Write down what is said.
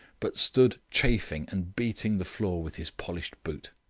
but stood chafing and beating the floor with his polished boot.